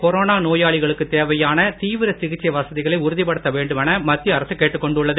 corona நோயாளிகளுக்குத் தேவையான தீவிர சிகிச்சை வசதிகளை உறுதிப்படுத்த வேண்டுமென மத்திய அரசு கேட்டுக் கொண்டுள்ளது